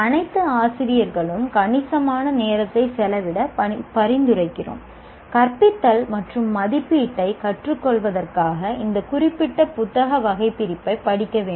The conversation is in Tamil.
அனைத்து ஆசிரியர்களும் கணிசமான நேரத்தை செலவிட பரிந்துரைக்கிறோம் கற்பித்தல் மற்றும் மதிப்பீட்டைக் கற்றுக்கொள்வதற்காக இந்த குறிப்பிட்ட புத்தக வகைபிரிப்பைப் படிக்க வேண்டும்